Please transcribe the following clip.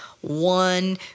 One